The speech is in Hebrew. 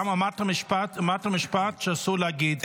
גם אמרת משפט שאסור להגיד.